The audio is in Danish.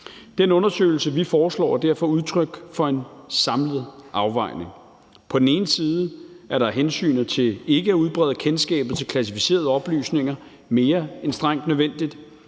Den undersøgelse, vi foreslår, er derfor udtryk for en samlet afvejning. På den ene side er der hensynet til ikke at udbrede kendskabet til klassificerede oplysninger mere end strengt nødvendigt.